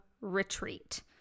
retreat